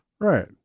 Right